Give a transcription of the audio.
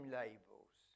labels